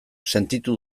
sentitu